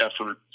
effort